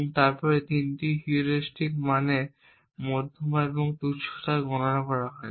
এবং তারপরে তিনটি হিউরিস্টিক মানে মধ্যমা এবং তুচ্ছতা গণনা করা হয়